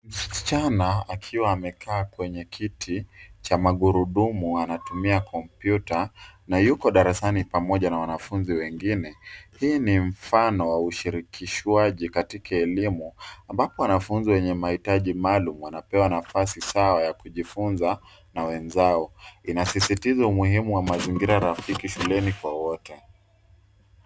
Msichana akiwa amekaa kwenye kiti cha magurudumu anatumia komputa na yuko darasani pamoja na wanafunzi wengine. Hii ni mfano wa ushirikishwaji katika elimu ambapo wanafunzi wenye mahitaji maalum wanapewa nafasi sawa ya kujifunza na wenzao. Inasizitiza umuhimu wa mazingira rafiki shuleni kwa wote.